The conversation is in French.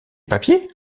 papiers